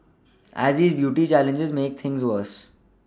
as these beauty challenges make things worse